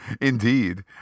indeed